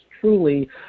truly